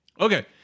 Okay